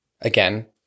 Again